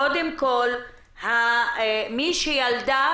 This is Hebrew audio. קודם כול, מי שילדה